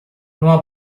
numa